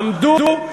עמדו,